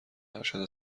ارشد